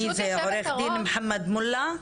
עורך דין מוחמד מולא.